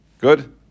Good